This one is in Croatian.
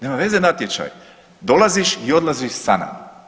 Nema veze natječaj, dolaziš i odlaziš sa nama.